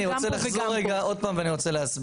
אני רוצה לחזור עוד פעם ולהסביר.